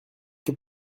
que